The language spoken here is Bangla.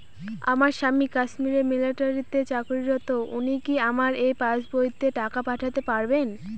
আমার স্বামী কাশ্মীরে মিলিটারিতে চাকুরিরত উনি কি আমার এই পাসবইতে টাকা পাঠাতে পারবেন?